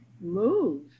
move